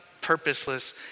purposeless